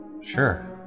Sure